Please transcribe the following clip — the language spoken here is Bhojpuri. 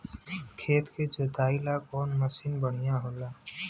खेत के जोतईला कवन मसीन बढ़ियां होला?